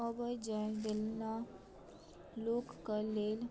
अबै जाय लेल लोक कऽ लेल